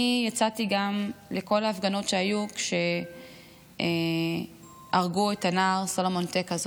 אני יצאתי גם לכל ההפגנות שהיו כשהרגו את הנער סלומון טקה,